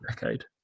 decade